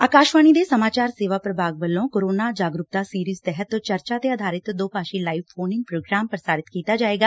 ਆਕਾਸ਼ਵਾਣੀ ਦੇ ਸਮਾਚਾਰ ਸੇਵਾ ਵਿਭਾਗ ਵੱਲੋਂ ਕੋਰੋਨਾ ਜਾਗਰੁਕਤਾ ਸੀਰੀਜ ਤਹਿਤ ਚਰਚਾ ਤੇ ਆਧਾਰਿਤ ਦੋਭਾਸ਼ੀ ਲਾਈਵ ਫੋਨ ਇਨ ਪ੍ਰੋਗਰਾਮ ਪ੍ਰਸਾਰਿਤ ਕੀਤਾ ਜਾਏਗਾ